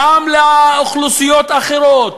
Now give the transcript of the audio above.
גם לאוכלוסיות אחרות,